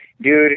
Dude